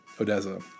Odessa